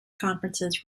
conferences